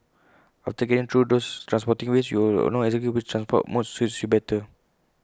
after getting through those transporting ways you will know exactly which transport modes suit you better